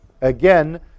Again